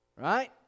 Right